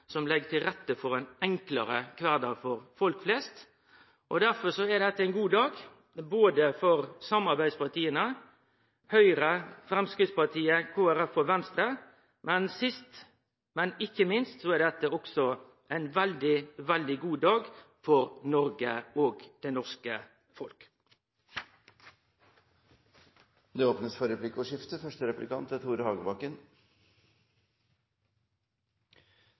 som legg til rette for ein enklare kvardag for folk flest. Derfor er dette ein god dag for både samarbeidspartia, Høgre, Framstegspartiet, Kristeleg Folkeparti og Venstre, men sist, men ikkje minst trur eg dette også er ein veldig god dag for Noreg og det norske folk. Det blir replikkordskifte. Det er